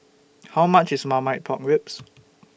How much IS Marmite Pork Ribs